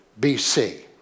BC